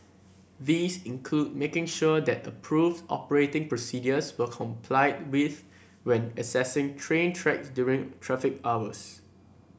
these include making sure that approved operating procedures were complied with when accessing train tracks during traffic hours